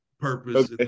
purpose